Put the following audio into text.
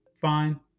fine